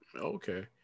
okay